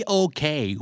okay